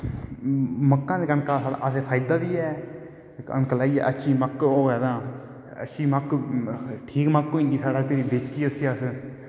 मक्कां ते कनका दा असें फायदा बी ऐ कनक लाईयै अच्छी मक्क होऐ तां अच्छी मक्क ठीक मक्क होई जंदी साढ़ै अस बेच्चियै उसी